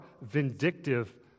vindictive